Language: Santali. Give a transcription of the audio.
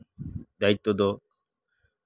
ᱫᱟᱭᱤᱛᱛᱚ ᱫᱚ